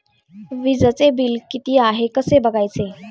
वीजचे बिल किती आहे कसे बघायचे?